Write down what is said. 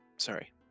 Sorry